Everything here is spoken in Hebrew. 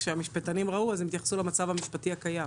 כשהמשפטנים ראו אז הם התייחסו למצב המשפטי הקיים.